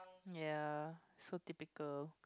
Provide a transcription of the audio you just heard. ya so typical